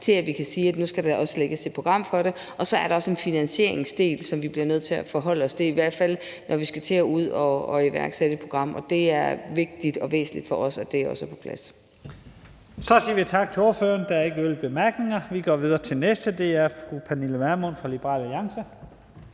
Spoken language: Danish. til at vi kan sige, at nu skal der også lægges et program for det. Så er der også en finansieringsdel, som vi bliver nødt til at forholde os til. Det er i hvert fald sådan, når vi skal til at gå ud at iværksætte et program for det. Det er vigtigt og væsentligt for os, at det også er på plads. Kl. 15:32 Første næstformand (Leif Lahn Jensen): Så siger vi tak til ordføreren. Der er ikke yderligere korte bemærkninger. Vi går videre til den næste. Det er fru Pernille Vermund fra Liberal Alliance.